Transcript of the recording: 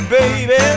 baby